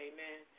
Amen